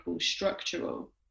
structural